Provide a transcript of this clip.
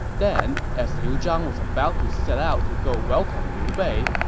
then, as liu zhang was about to set out to go welcome liu bei,